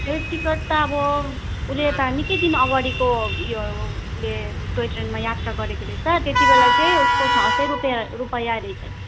ए ticket त अब उसले त निकै दिन अगाडिको उयोले टोय ट्रेनमा यात्रा गरेको रहेछ त्यति बेला चाहिँ उसको छ सय रुपियाँ रुपियाँ रहेछ